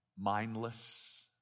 mindless